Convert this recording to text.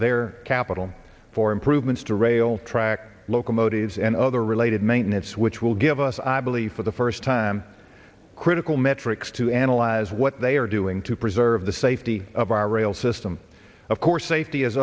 their capital for improvements to railtrack locomotives and other related maintenance which will give us i believe for the first time critical metrics to analyze what they are doing to preserve the safety of our rail system of course safety is